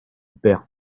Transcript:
perds